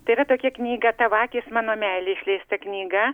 tai yra tokia knyga tavo akys mano meilė išleista knyga